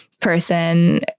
person